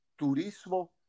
Turismo